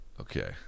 okay